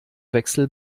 wechsel